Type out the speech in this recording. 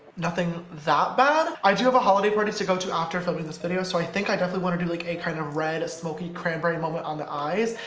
nothing that bad i do have a holiday party to go to after filming this video so i think i definitely wanna do like a kind of red smoky cranberry moment on the eyes.